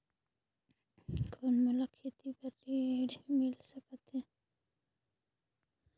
कौन मोला खेती बर ऋण मिल सकत है?